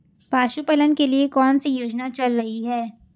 पशुपालन के लिए कौन सी योजना चल रही है?